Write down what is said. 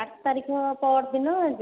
ଆଠ ତାରିଖ ପଅର ଦିନ ଯିବୁ